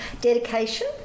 Dedication